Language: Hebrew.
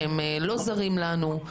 שהם לא זרים לנו,